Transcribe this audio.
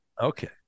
Okay